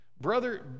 Brother